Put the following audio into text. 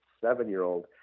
seven-year-old